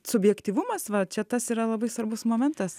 subjektyvumas va čia tas yra labai svarbus momentas